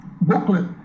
booklet